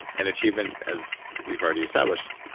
and achievement, as we've already established.